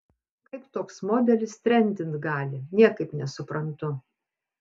kaip toks modelis trendint gali niekaip nesuprantu